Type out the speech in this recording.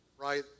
right